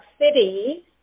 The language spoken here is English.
City